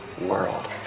world